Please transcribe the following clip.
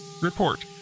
Report